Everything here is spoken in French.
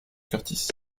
curtis